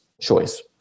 choice